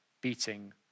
beating